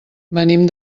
venim